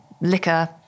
liquor